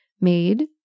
made